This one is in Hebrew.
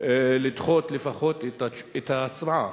לדחות לפחות את ההצבעה,